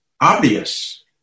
obvious